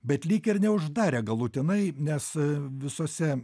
bet lyg ir neuždarė galutinai nes visuose